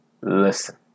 listen